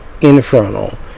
infernal